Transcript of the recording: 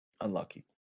Unlucky